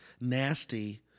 nasty